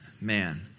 Man